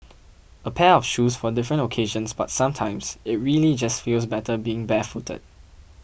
a pair of shoes for different occasions but sometimes it really just feels better being barefooted